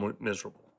miserable